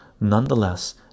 nonetheless